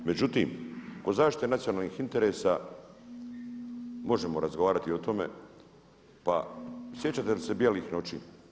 Međutim, kod zaštite nacionalnih interesa možemo razgovarati i o tome pa sjećate li se bijelih noći?